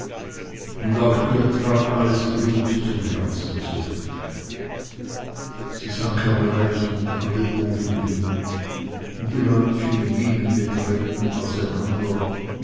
und auch ihr trat alles blut zum herzen zurück sie sank erbleichend an den ofen hin und die leutchen gingen betreten auseinander